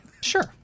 Sure